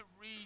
read